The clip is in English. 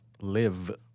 live